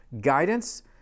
guidance